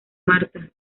martha